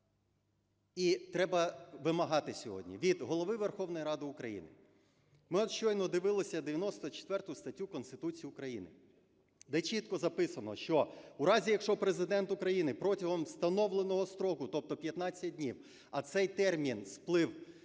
І треба вимагати сьогодні від Голови Верховної Ради України… Ми от щойно дивилися 94 статтю Конституції України, де чітко записано, що у разі, якщо Президент України протягом встановленого строку, тобто 15 днів, а цей термін сплив